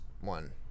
one